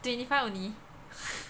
twenty five only